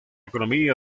economía